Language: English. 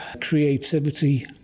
creativity